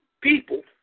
people